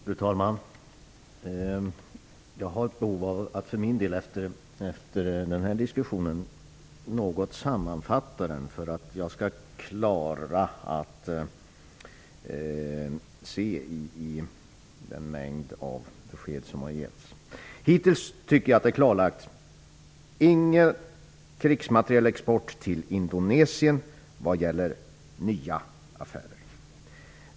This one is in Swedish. Fru talman! Jag har ett behov av att efter den här diskussionen göra en sammanfattning för att jag skall få klar sikt i den mängd av besked som har getts. Hittills tycker jag det är klarlagt att det inte skall bli någon krigsmaterielexport till Indonesien - vad gäller nya affärer.